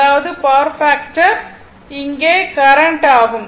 அதாவது power factor இங்கே current ஆகும்